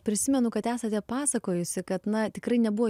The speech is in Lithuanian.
prisimenu kad esate pasakojusi kad na tikrai nebuvo